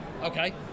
Okay